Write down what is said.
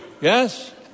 Yes